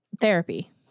therapy